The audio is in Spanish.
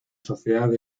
sociedad